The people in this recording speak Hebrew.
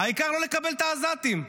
העיקר לא לקבל את העזתים,